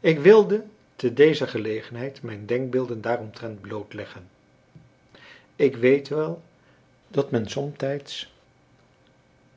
ik wilde te dezer gelegenheid mijne denkbeelden daaromtrent blootleggen ik weet wel dat men somtijds